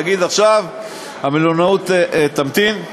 יגיד: עכשיו המלונאות תמתין.